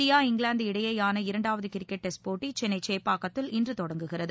India England இடையேயான இரண்டாவது cricket test போட்டி சென்னை சேப்பாக்கத்தில் இன்று தொடங்குகிறது